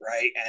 Right